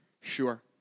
Sure